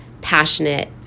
passionate